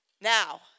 Now